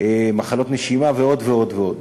מחלות נשימה, ועוד ועוד ועוד.